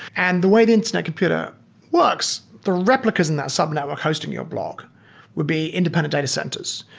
and the way the internet computer works, the replicas in that sub-network hosting your blog would be independent data centers.